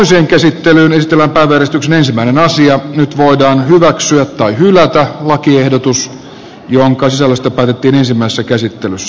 asian käsittelyn estävät menestyksen ensimmäinen nyt voidaan hyväksyä tai hylätä lakiehdotus jonka sisällöstä päätettiin ensimmäisessä käsittelyssä